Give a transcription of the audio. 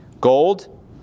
Gold